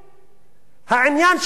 העניין של התנחלות,